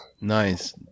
Nice